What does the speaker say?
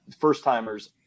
first-timers